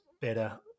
better